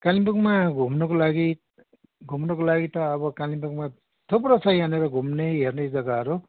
कालिम्पोङमा घुम्नको लागि घुम्नको लागि त अब कालिम्पोङमा थुप्रो छ यहाँनिर घुम्ने हेर्ने जग्गाहरू